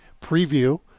preview